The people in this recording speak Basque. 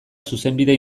zuzenbide